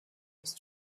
ist